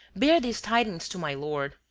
bear these tidings to my lord.